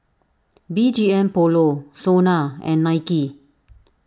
B G M Polo Sona and Nike